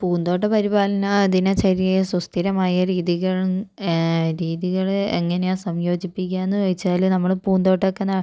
പൂന്തോട്ട പരിപാലനം അതിനെ ചെടിയെ സുസ്ഥിരമായ രീതികളും രീതികളെ എങ്ങനെയാണ് സംയോജിപ്പിക്കുകയെന്ന് വെച്ചാൽ നമ്മുടെ പൂന്തോട്ടക്കനാ